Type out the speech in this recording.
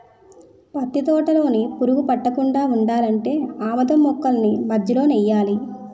పత్తి తోటలోన పురుగు పట్టకుండా ఉండాలంటే ఆమదం మొక్కల్ని మధ్యలో నెయ్యాలా